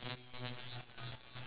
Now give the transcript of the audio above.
iya